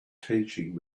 teaching